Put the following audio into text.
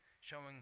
showing